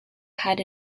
had